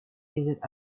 used